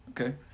Okay